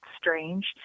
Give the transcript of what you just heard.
strange